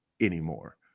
anymore